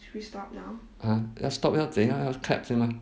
ha 要 stop 要怎样要 clap 是吗